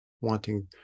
wanting